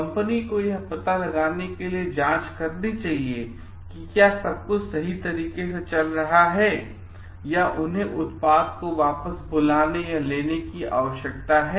company को यह पता लगाने के लिए जांच करनी चाहिए कि क्या सब कुछ सही तरीके से चल रहा है या उन्हें उत्पाद को वापस बुलाने लेने की आवश्यकता है